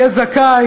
יהיה זכאי